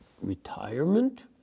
retirement